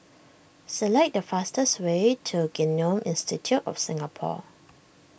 select the fastest way to Genome Institute of Singapore